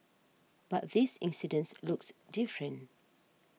but this incident looks different